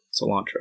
cilantro